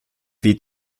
wie